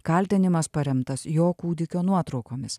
kaltinimas paremtas jo kūdikio nuotraukomis